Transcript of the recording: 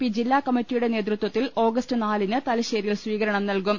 P ജില്ലാ കമ്മറ്റിയുടെ നേതൃത്വത്തിൽ ഓഗസ്റ്റ് നാലിന് തലശ്ശേരിയിൽ സ്വീകരണം നൽകും